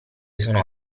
sono